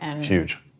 Huge